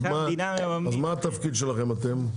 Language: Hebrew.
אז מה התפקיד שלכם אתם?